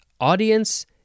audience